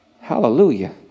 hallelujah